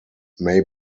may